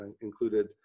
included